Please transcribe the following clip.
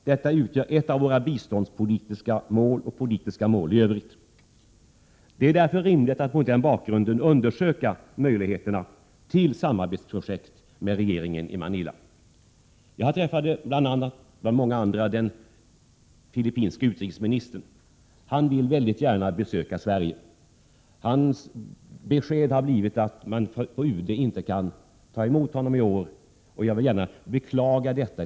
Detta utgör ett av våra biståndspolitiska mål, och politiska mål över huvud taget. Det är mot denna bakgrund rimligt att undersöka möjligheterna när det gäller projekt för samarbete med regeringen i Manila. Jag träffade bland många andra den filippinske utrikesministern. Han vill mycket gärna besöka Sverige, men utrikesdepartementet har gett honom beskedet att man inte kan ta emot honom i år. Jag beklagar detta.